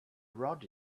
rod